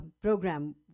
program